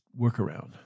workaround